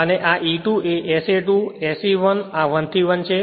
અને આ E2 એ S a 2 SE1 આ 1 થી 1 છે